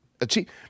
achieve